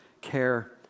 care